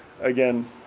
again